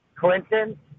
Clinton